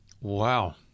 Wow